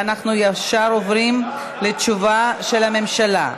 ואנחנו ישר עוברים לתשובה של הממשלה.